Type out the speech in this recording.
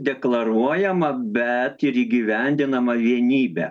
deklaruojama bet ir įgyvendinama vienybę